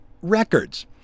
Records